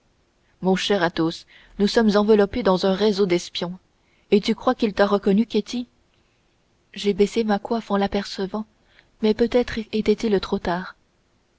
mon cher athos nous sommes enveloppés dans un réseau d'espions et tu crois qu'il t'a reconnue ketty j'ai baissé ma coiffe en l'apercevant mais peut-être était-il trop tard